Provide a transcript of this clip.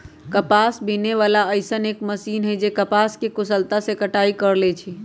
कपास बीने वाला अइसन एक मशीन है जे कपास के कुशलता से कटाई कर लेई छई